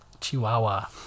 Chihuahua